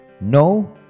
No